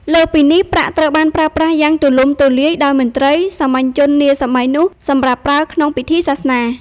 លើសពីនេះ ប្រាក់ត្រូវបានប្រើប្រាស់យ៉ាងទូលំទូលាយដោយមន្ត្រី សាមញ្ញជននាសម័យនោះ សម្រាប់ប្រើក្នុងពិធីសាសនា។